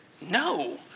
no